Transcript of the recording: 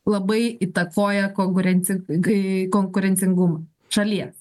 labai įtakoja konkurencin gai konkurencingumą šalyje